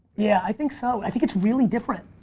yeah, i think so. i think it's really different.